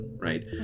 right